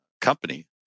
company